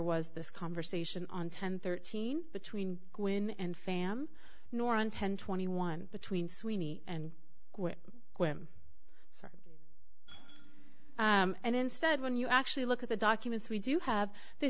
was this conversation on ten thirteen between quinn and pham nor on ten twenty one between sweeney and when and instead when you actually look at the documents we do have th